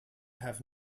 have